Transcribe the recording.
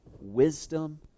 wisdom